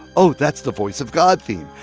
oh, that's the voice of god theme.